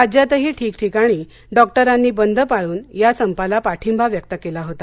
राज्यातही ठिकठिकाणी डॉक्टरांनी बंद पाळून या संपाला पाठिबा व्यक्त केला होता